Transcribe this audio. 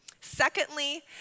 Secondly